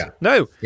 No